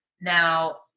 Now